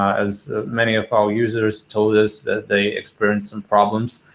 as many of our users told us that they experienced some problems.